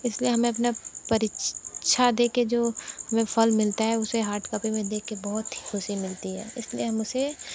इसलिए हमें अपना परीक्षा देकर जो हमें फल मिलता है उसे हार्ड कॉपी में देख के बहुत खुशी मिलती है इसलिए हम उसे